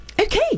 okay